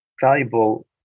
valuable